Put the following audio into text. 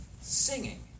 singing